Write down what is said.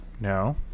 No